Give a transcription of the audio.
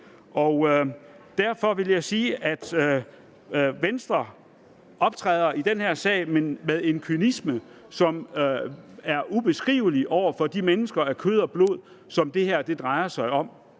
Derfor vil jeg sige, at Venstre i den her sag optræder med en ubeskrivelig kynisme over for de mennesker af kød og blod, som det her drejer sig om.